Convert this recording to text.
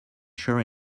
sure